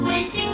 Wasting